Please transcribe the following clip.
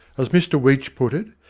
as mr weech put it,